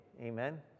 amen